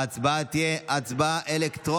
ההצבעה תהיה אלקטרונית.